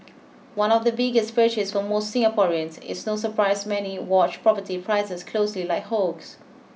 one of the biggest purchase for most Singaporeans it's no surprise many watch property prices closely like hawks